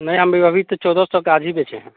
नहीं हम भी अभी तो चौदह सौ का आज ही बेचे हैं